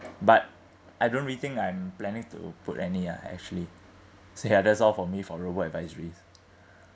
but I don't really think I'm planning to put any ah actually so ya that's all for me for robo-advisories